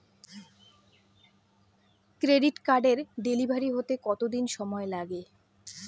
Credit কার্ডের delivery হতে কতদিন সময় লাগে?